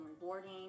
rewarding